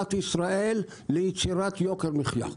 במדינת ישראל ליצירת יוקר מחיה.